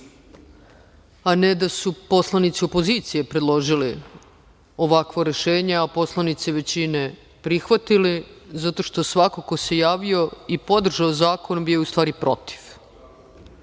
a ne da su poslanici opozicije predložili ovakvo rešenje, a poslanici većine prihvatili, zato što svako ko se javio i podržao zakon bio je u stvari protiv.